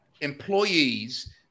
employees